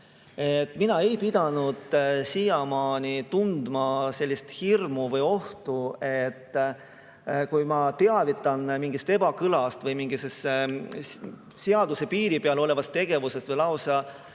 Ma ei ole siiamaani pidanud tundma hirmu või ohtu, et kui ma teavitan mingist ebakõlast või mingist seaduse piiri peal olevast tegevusest või lausa